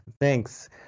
Thanks